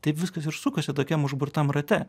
taip viskas ir sukasi tokiam užburtam rate